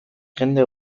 jende